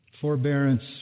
forbearance